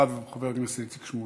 אחריו חבר הכנסת איציק שמולי.